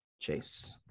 Chase